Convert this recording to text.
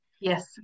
Yes